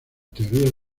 teorías